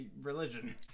religion